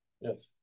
Yes